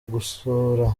gusora